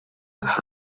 ahandi